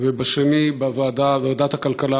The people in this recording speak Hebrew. והשני בוועדת הכלכלה,